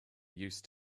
used